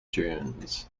dunes